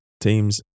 teams